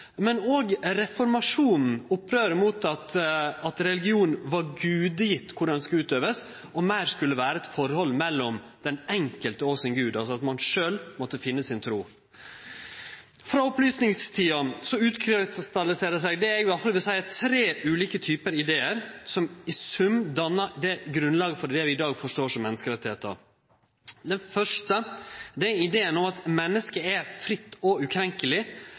men skulle meir vere eit forhold mellom den enkelte og Gud – ein måtte sjølv finne trua si. Frå opplysingstida utkrystalliserer det seg det eg vil seie er tre ulike typar idear som i sum dannar grunnlaget for det vi i dag forstår som menneskerettar. Den første er ideen om at mennesket er fritt og ukrenkeleg